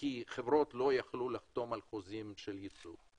כי חברות לא יכלו לחתום על חוזים של ייצוא.